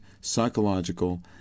psychological